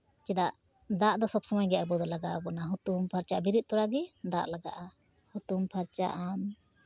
ᱪᱮᱫᱟᱜ ᱫᱟᱜ ᱫᱚ ᱥᱚᱵᱽ ᱥᱚᱢᱚᱭ ᱜᱮ ᱟᱵᱚ ᱫᱚ ᱞᱟᱜᱟᱣᱟᱵᱚᱱᱟ ᱦᱩᱛᱩᱢ ᱯᱷᱟᱨᱪᱟ ᱵᱮᱨᱮᱫ ᱛᱚᱨᱟ ᱜᱮ ᱫᱟᱜ ᱞᱟᱜᱟᱜᱼᱟ ᱦᱩᱛᱩᱢ ᱯᱷᱟᱨᱪᱟᱜᱼᱟᱢ